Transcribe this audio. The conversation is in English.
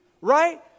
right